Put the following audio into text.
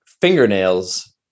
fingernails